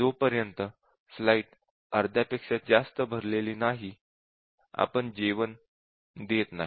जोपर्यंत फ्लाइट अर्ध्यापेक्षा जास्त भरलेली नाही आपण जेवण देत नाही